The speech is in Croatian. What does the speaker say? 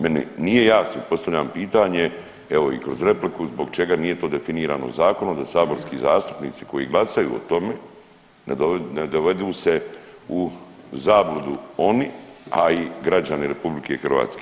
Meni nije jasno, postavljam pitanje evo i kroz repliku zbog čega to nije definirano zakonom, da saborski zastupnici koji glasaju o tome ne dovedu se u zabludu oni, a i građani RH.